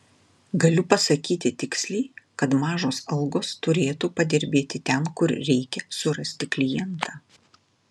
galiu pasakyti tiksliai kad mažos algos turėtų padirbėti ten kur reikia surasti klientą